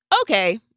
okay